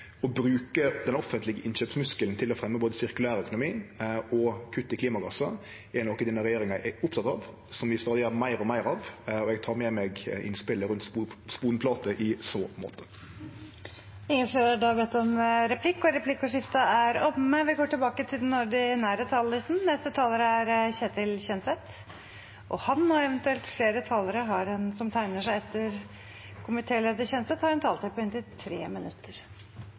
å bruke den offentlege innkjøpsmuskelen til både å fremje sirkulærøkonomi og å kutte klimagassar er noko denne regjeringa er oppteken av, og som vi skal gjere meir og meir av, og eg tar med meg innspelet om sponplater i så måte. Replikkordskiftet er omme. De talere som heretter får ordet, har også en taletid på inntil